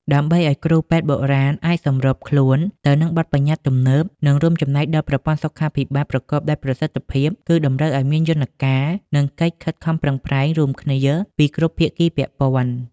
ដើម្បីឱ្យគ្រូពេទ្យបុរាណអាចសម្របខ្លួនទៅនឹងបទប្បញ្ញត្តិទំនើប និងរួមចំណែកដល់ប្រព័ន្ធសុខាភិបាលប្រកបដោយប្រសិទ្ធភាព គឺតម្រូវឱ្យមានយន្តការ និងកិច្ចខិតខំប្រឹងប្រែងរួមគ្នាពីគ្រប់ភាគីពាក់ព័ន្ធ។